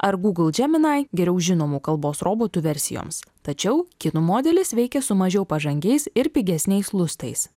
ar gūgl džeminai geriau žinomų kalbos robotų versijoms tačiau kinų modelis veikia su mažiau pažangiais ir pigesniais lustais